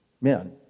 men